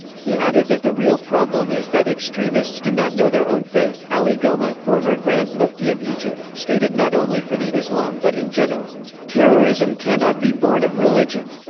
he added that the real problem is that extremists do not know their own faith ali gomaa, former grand mufti of egypt, stated not only for the islam but in general terrorism cannot be born of religion.